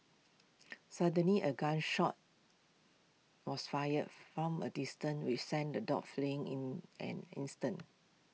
suddenly A gun shot was fired from A distance with sent the dogs fleeing in an instant